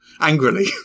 angrily